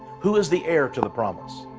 who is the heir to the promise?